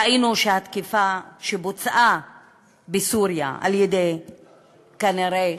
ראינו שהתקיפה שבוצעה בסוריה, כנראה